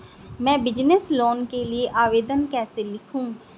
मैं business loan के लिए आवेदन कैसे लिखूँ?